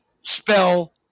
spell